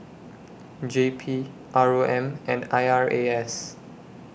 J P R O M and I R A S